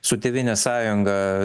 su tėvynės sąjunga